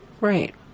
Right